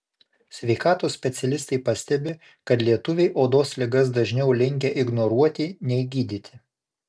sveikatos specialistai pastebi kad lietuviai odos ligas dažniau linkę ignoruoti nei gydyti